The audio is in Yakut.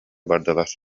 бардылар